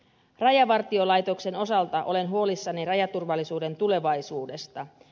rajavartiolaitoksen osalta olen huolissani rajaturvallisuuden tulevaisuudesta